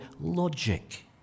logic